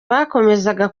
bakomezaga